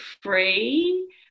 free